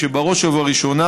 ובראש ובראשונה,